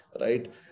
right